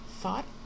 thought